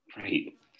Great